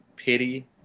Pity